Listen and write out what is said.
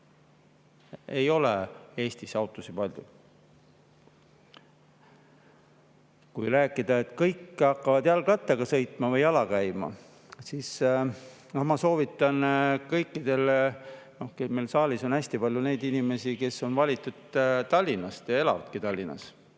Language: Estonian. Ei ole Eestis autosid palju. Kui rääkida sellest, et kõik hakkavad jalgrattaga sõitma või jala käima, siis ma soovitan kõikidel – meil on saalis hästi palju neid inimesi, kes on valitud Tallinnast ja elavadki Tallinnas